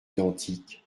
identiques